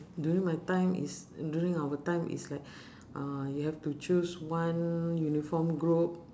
during my time is during our time is like uh you have to choose one uniform group